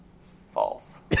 False